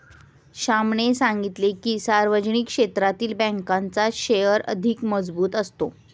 श्यामने सांगितले की, सार्वजनिक क्षेत्रातील बँकांचा शेअर अधिक मजबूत असतो